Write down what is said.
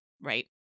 Right